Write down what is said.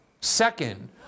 Second